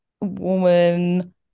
woman